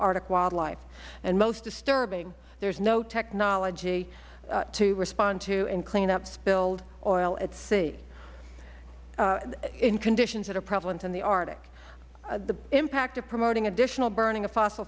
arctic wildlife and most disturbing there is no technology to respond to and clean up spilled oil at sea in conditions that are prevalent in the arctic the impact of promoting additional burning of fossil